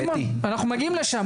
סימון, אנחנו מגיעים לשם.